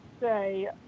say